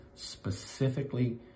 specifically